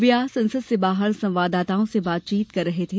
वे आज संसद के बाहर संवाददाताओं से बातचीत कर रहे थे